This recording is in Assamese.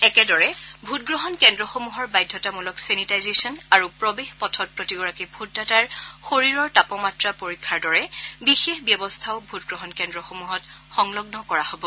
একেদৰে ভোটগ্ৰহণ কেন্দ্ৰসমূহৰ বাধ্যতামূলক ছেনিটাইজেছন আৰু প্ৰৱেশ পথত প্ৰতিগৰাকী ভোটদাতাৰ শৰীৰৰ তাপমাত্ৰা পৰীক্ষাৰ দৰে বিশেষ ব্যৱস্থাও ভোটগ্ৰহণ কেন্দ্ৰসমূহত সংলগ্ন কৰা হ'ব